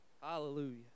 Hallelujah